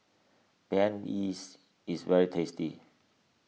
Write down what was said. Banh is very tasty